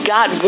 God